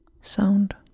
Sound